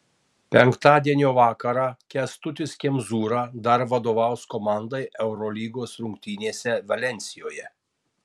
penktadienio vakarą kęstutis kemzūra dar vadovaus komandai eurolygos rungtynėse valensijoje